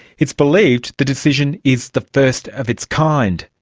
it's believed the decision is the first of its kind.